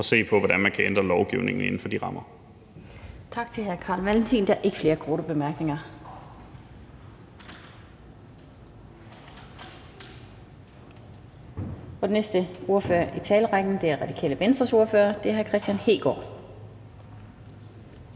at se på, hvordan man kan ændre lovgivningen inden for de rammer. Kl. 14:07 Den fg. formand (Annette Lind): Tak til hr. Carl Valentin. Der er ikke flere korte bemærkninger. Den næste ordfører i talerækken er Det Radikale Venstres ordfører, og det er hr. Kristian Hegaard.